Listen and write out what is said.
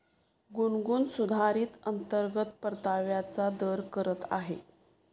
गुनगुन सुधारित अंतर्गत परताव्याचा दर करत आहे